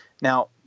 Now